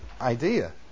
idea